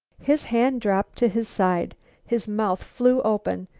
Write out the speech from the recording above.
his hand dropped to his side his mouth flew open.